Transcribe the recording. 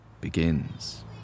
begins